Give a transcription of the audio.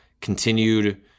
continued